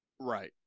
Right